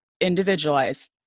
individualize